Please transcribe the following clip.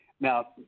Now